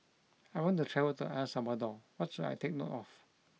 I want to travel to El Salvador what should I take note of